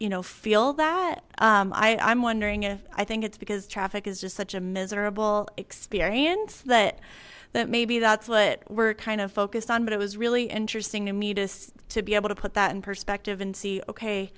you know feel that i i'm wondering if i think it's because traffic is just such a miserable experience that that maybe that's what we're kind of focused on but it was really interesting to me just to be able to put that in perspective and see okay